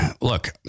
look